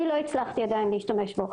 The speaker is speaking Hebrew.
אני לא הצלחתי להשתמש בו.